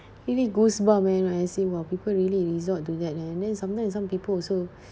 really goosebumps eh you know I see !wah! people really resort to that and then sometime some people also